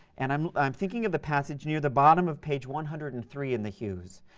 and i'm i'm thinking of the passage near the bottom of page one hundred and three in the hughes.